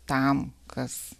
tam kas